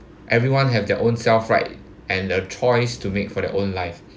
everyone have their own self right and the choice to make for their own life